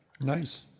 Nice